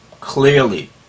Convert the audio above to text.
clearly